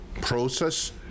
process